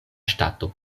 ŝtato